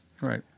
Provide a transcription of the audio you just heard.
Right